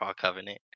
Covenant